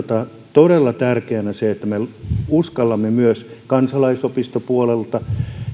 todella tärkeänä sitä että me uskallamme myös kansalaisopistopuolelta